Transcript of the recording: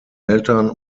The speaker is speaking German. eltern